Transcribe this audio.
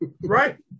right